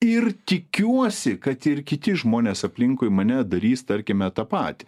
ir tikiuosi kad ir kiti žmonės aplinkui mane darys tarkime tą patį